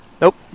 Nope